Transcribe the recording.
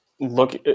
look